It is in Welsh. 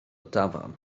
dafarn